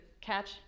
catch